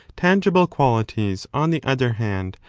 tangible qualities, on the other hand,